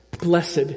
Blessed